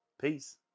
Peace